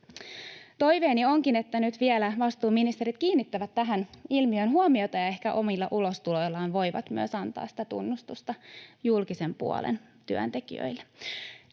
Toiveeni onkin, että nyt vastuuministerit kiinnittävät tähän ilmiöön vielä huomiota ja ehkä omilla ulostuloillaan voivat myös antaa tunnustusta julkisen puolen työntekijöille.